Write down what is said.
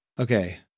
okay